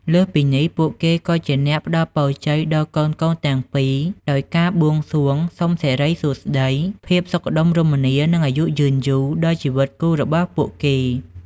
លើសពីនេះ ពួកគេក៏ជាអ្នក ផ្ដល់ពរជ័យ ដល់កូនៗទាំងពីរ ដោយការបួងសួងសុំសិរីសួស្ដី ភាពសុខដុមរមនា និងអាយុយឺនយូរដល់ជីវិតគូរបស់ពួកគេ។